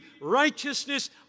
righteousness